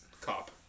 Cop